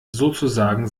sozusagen